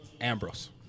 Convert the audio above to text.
Ambrose